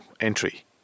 entry